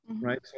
right